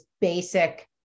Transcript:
basic